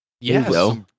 Yes